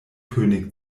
könig